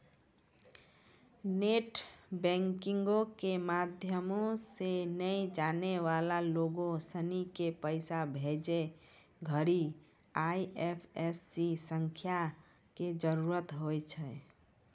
net बैंकिंगो के माध्यमो से नै जानै बाला लोगो सिनी के पैसा भेजै घड़ि आई.एफ.एस.सी संख्या के जरूरत होय छै